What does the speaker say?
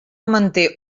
manté